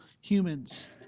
humans